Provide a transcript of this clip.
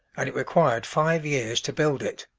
and it required five years to build it.